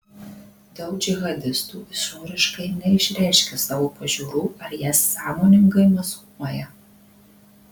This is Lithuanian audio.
daug džihadistų išoriškai neišreiškia savo pažiūrų ar jas sąmoningai maskuoja